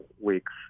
weeks